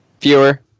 Fewer